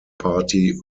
party